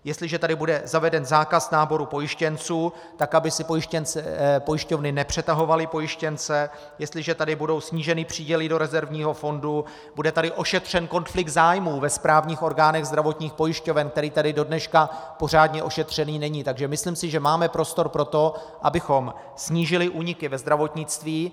Jestliže tady bude zaveden zákaz náboru pojištěnců, tak aby si pojišťovny nepřetahovaly pojištěnce, jestliže tady budou sníženy příděly do rezervního fondu, bude tady ošetřen konflikt zájmů ve správních orgánech zdravotních pojišťoven, který tady dodneška pořádně ošetřený není, myslím si, že máme prostor pro to, abychom snížili úniky ve zdravotnictví.